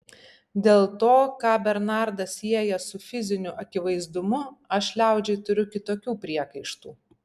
dėl to ką bernardas sieja su fiziniu akivaizdumu aš liaudžiai turiu kitokių priekaištų